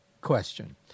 question